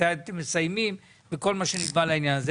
מתי אתם מסיימים וכל מה שנקבע לעניין הזה.